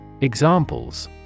Examples